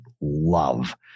love